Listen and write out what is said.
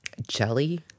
Jelly